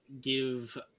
give